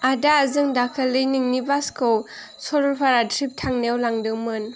आदा जों दाखालि नोंनि बासखौ सरलपारा ट्रिप थांनायाव लांदोंमोन